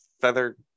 feather